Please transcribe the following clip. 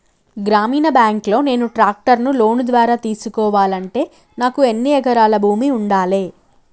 గ్రామీణ బ్యాంక్ లో నేను ట్రాక్టర్ను లోన్ ద్వారా తీసుకోవాలంటే నాకు ఎన్ని ఎకరాల భూమి ఉండాలే?